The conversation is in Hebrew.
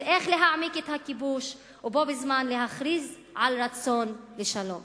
של איך להעמיק את הכיבוש ובו-בזמן להכריז על רצון לשלום.